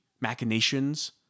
machinations